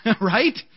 right